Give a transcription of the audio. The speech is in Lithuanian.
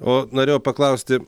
o norėjau paklausti